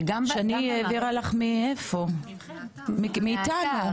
שני העבירה לך מאיפה, מאיתנו?